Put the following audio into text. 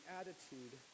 attitude